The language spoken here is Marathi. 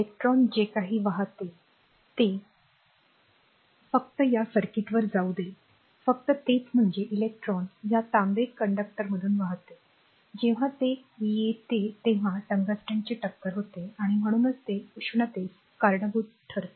इलेक्ट्रॉन जे काही वाहते ते फक्त या सर्किटवर जाऊ दे फक्त तेच म्हणजे इलेक्ट्रॉन या तांबे कंडक्टरमधून वाहते जेव्हा ते येते तेव्हा टंगस्टनची टक्कर होते आणि म्हणूनच ते उष्णतेस कारणीभूत ठरते